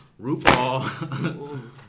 RuPaul